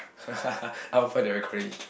I'll find the recording